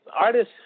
Artists